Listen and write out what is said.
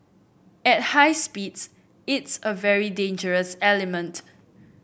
at high speeds it's a very dangerous element